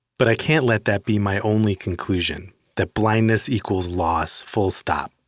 but i can't let that be my only conclusion. that blindness equals loss, full stop.